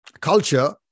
culture